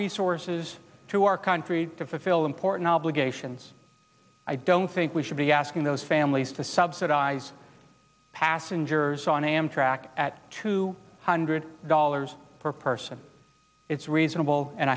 resources to our country to fulfill important obligations i don't think we should be asking those families to subsidize passengers on amtrak at two hundred dollars per person it's reasonable and